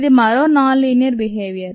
ఇది మరో non linear behaviour